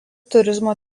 turizmo